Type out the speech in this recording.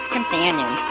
Companion*